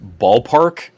ballpark